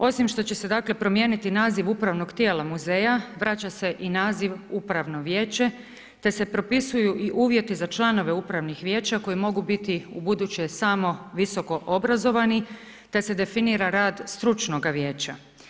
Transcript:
Osim što će se dakle promijeniti naziv upravnog tijela muzeja, vraća se i naziv upravno vijeće te se propisuju i uvjeti za članove upravnih vijeća koji mogu biti ubuduće samo visokoobrazovni te se definira rad stručnoga vijeća.